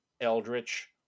Eldritch